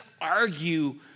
argue